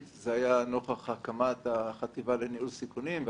- זה היה נוכח הקמת החטיבה לניהול סיכונים,